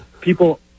people